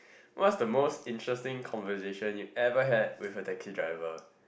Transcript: what's the most interesting conversation you've ever had with the Taxi driver